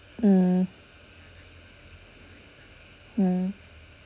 mm mm